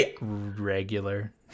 regular